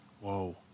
Whoa